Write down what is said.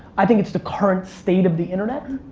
i think it's the current state of the internet,